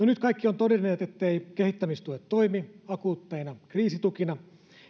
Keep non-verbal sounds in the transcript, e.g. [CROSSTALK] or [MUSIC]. [UNINTELLIGIBLE] nyt kaikki ovat todenneet etteivät kehittämistuet toimi akuutteina kriisitukina